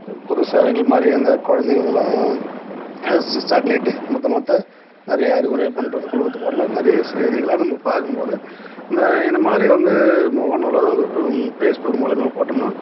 பு பொது சேவைகள் மாதிரி அந்த குழந்தைங்களுக்குலாம் அது சி சாக்லேட்டு மொத்த மொத்த நிறைய அறிவுரை பண்ணுறது கொடுக்கறது பதிலாக நிறைய செய்திகளாக நம்ம பார்க்கும்போது இந்த என்ன மாதிரி வந்து முகநூல் அதாவது பேஸ் புக் மூலிமா போட்டோம்னால்